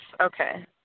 Okay